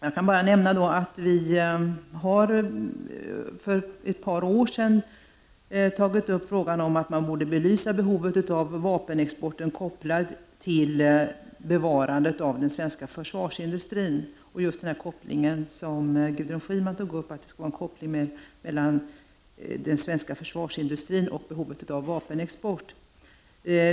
Jag vill bara nämna att vi för ett par år sedan tog upp frågan om att man borde belysa behovet av vapenexporten och hur detta är kopplat till bevarandet av den svenska försvarsindustrin. Gudrun Schyman nämnde just att det finns en sådan koppling mellan den svenska försvarsindustrin och behovet av vapenexport.